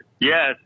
Yes